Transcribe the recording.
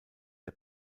der